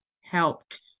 helped